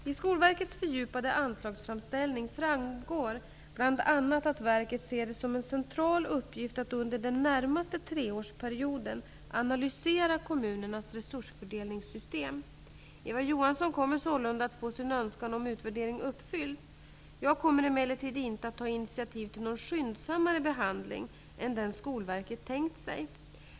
Av Skolverkets fördjupade anslagsframställning framgår bl.a. att verket ser det som en central uppgift att under den närmaste treårsperioden analysera kommunernas resursfördelningssystem. Eva Johansson kommer sålunda att få sin önskan om utvärdering uppfylld. Jag kommer emellertid inte att ta initiativ till någon skyndsammare behandling än den Skolverket tänkt sig.